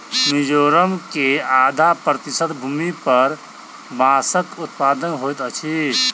मिजोरम के आधा प्रतिशत भूमि पर बांसक उत्पादन होइत अछि